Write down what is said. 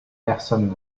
personne